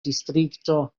distrikto